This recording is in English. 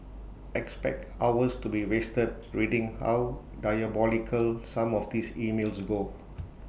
expect hours to be wasted reading how diabolical some of these emails go